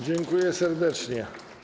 Dziękuję serdecznie.